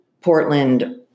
Portland